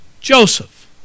Joseph